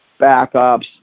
backups